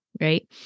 Right